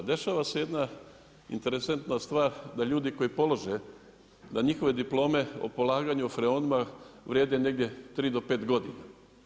Dešava se jedna interesantna stvar da ljudi koji polože, da njihove diplome o polaganju o freonima vrijede negdje tri do pet godina.